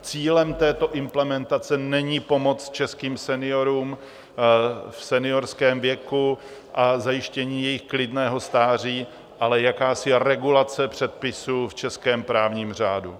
Cílem této implementace není pomoc českým seniorům v seniorském věku a zajištění jejich klidného stáří, ale jakási regulace předpisů v českém právním řádu.